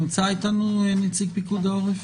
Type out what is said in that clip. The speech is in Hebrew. נמצא אתנו נציג פיקוד העורף?